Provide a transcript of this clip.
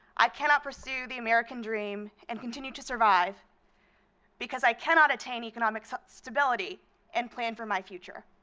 i cannot pursue the american dream and continue to survive because i cannot attain economic so stability and plan for my future.